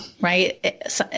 right